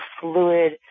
fluid